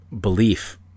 belief